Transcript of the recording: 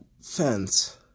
fence